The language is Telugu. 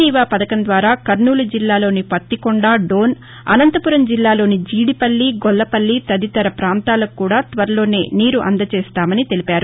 ఈ పథకం ద్వారా కర్నూలు జిల్లాలోని పత్తికొండ డోన్ అనంతపురం జిల్లాలోని జీడిపల్లి గొల్లపల్లి తదితర పాంతాలకు కూడా త్వరలోనే నీరు అందజేస్తామని తెలిపారు